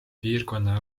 piirkonna